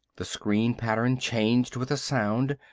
the screen-pattern changed with the sound,